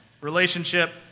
relationship